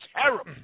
terrible